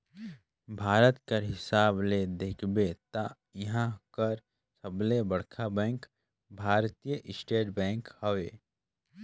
भारत कर हिसाब ले देखबे ता इहां कर सबले बड़खा बेंक भारतीय स्टेट बेंक हवे